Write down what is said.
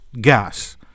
gas